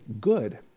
good